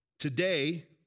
Today